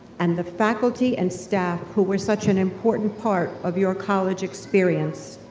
and the faculty and staff who were such an important part of your college experience.